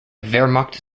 wehrmacht